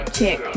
check